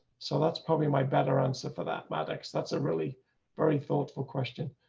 so that's probably my better answer for that maddox. that's a really very thoughtful question.